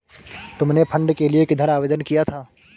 तुमने फंड के लिए किधर आवेदन किया था?